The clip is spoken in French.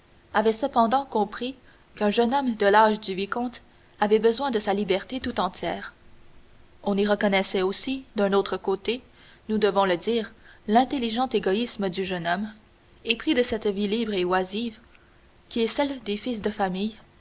avait cependant compris qu'un jeune homme de l'âge du vicomte avait besoin de sa liberté tout entière on y reconnaissait aussi d'un autre côté nous devons le dire l'intelligent égoïsme du jeune homme épris de cette vie libre et oisive qui est celle des fils de famille